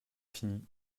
fini